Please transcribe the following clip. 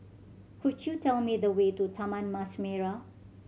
could you tell me the way to Taman Mas Merah